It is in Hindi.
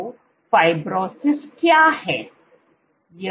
तो फाइब्रोसिस क्या है